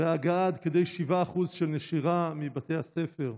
והגעה עד כדי 7% של נשירה מבתי הספר.